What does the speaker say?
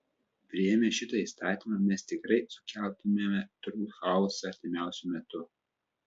priėmę šitą įstatymą mes tikrai sukeltumėme turbūt chaosą artimiausiu metu